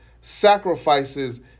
sacrifices